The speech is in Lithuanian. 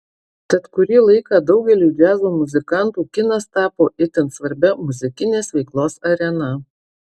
tad kurį laiką daugeliui džiazo muzikantų kinas tapo itin svarbia muzikinės veiklos arena